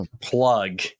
plug